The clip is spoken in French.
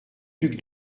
duc